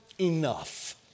enough